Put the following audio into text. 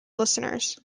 listeners